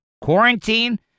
quarantine